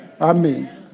Amen